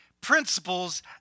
principles